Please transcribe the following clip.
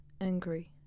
angry